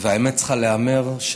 האמת צריכה להיאמר,